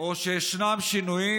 או שישנם שינויים,